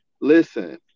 Listen